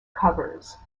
covers